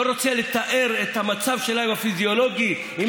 לא רוצה לתאר את המצב הפיזיולוגי שלהם,